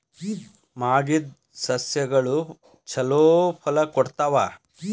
ಮಾಗಿದ್ ಸಸ್ಯಗಳು ಛಲೋ ಫಲ ಕೊಡ್ತಾವಾ?